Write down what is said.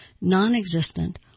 non-existent